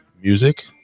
music